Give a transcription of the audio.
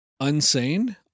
Unsane